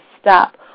stop